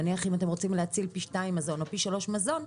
נניח אם אתם רוצים להציל פי שניים או פי שלושה מזון,